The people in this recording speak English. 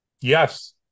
Yes